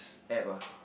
App ah